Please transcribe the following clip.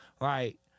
right